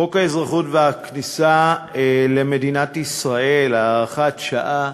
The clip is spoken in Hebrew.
חוק האזרחות והכניסה לישראל (הוראת שעה)